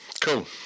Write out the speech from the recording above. Cool